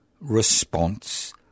response